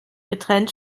getrennt